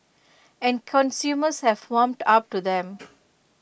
and consumers have warmed up to them